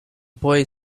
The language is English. boy